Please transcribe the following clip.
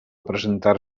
presentar